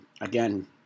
Again